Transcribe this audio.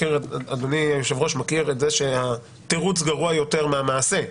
אדוני היושב-ראש מכיר את זה שהתירוץ גרוע יותר מהמעשה.